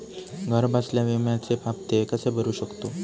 घरबसल्या विम्याचे हफ्ते कसे भरू शकतो?